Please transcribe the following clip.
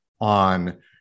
on